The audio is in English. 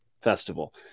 festival